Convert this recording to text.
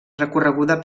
recorreguda